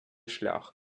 шлях